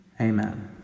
Amen